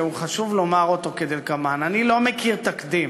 שחשוב לומר אותו כדלקמן: אני לא מכיר תקדים